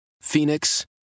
Phoenix